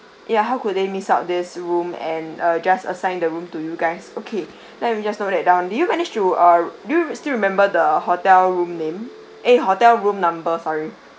ya how could they miss out this room and uh just assigned the room to you guys okay let me just note that down do you manage uh do you still remember the hotel room name eh hotel room number sorry